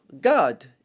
god